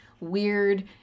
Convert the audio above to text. weird